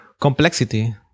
complexity